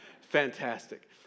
fantastic